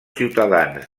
ciutadans